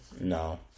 no